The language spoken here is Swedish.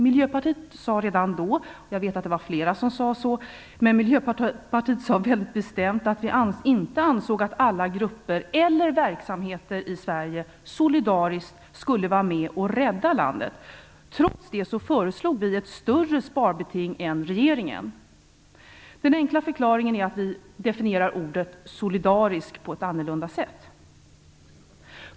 Miljöpartiet sade redan då väldigt bestämt - jag vet att det var flera som sade så - att vi inte ansåg att alla grupper eller verksamheter i Sverige solidariskt skulle vara med och rädda landet. Trots det föreslog vi ett större sparbeting än regeringen. Den enkla förklaringen är att vi definierar ordet solidariskt på ett annorlunda sätt.